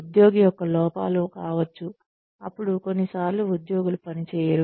ఉద్యోగి యొక్క లోపాలు కావచ్చు అపుడు కొన్నిసార్లు ఉద్యోగులు పని చేయరు